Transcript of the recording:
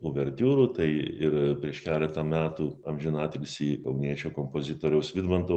uvertiūrų tai ir prieš keletą metų amžiną atilsį kauniečio kompozitoriaus vidmanto